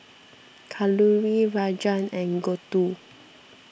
Kalluri Rajan and Gouthu